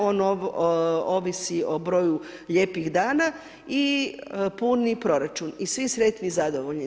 On ovisi o broju lijepih dana i puni proračun i svi sretni i zadovoljni.